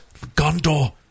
Gondor